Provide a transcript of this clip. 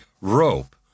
rope